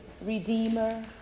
redeemer